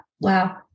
Wow